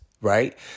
right